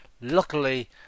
Luckily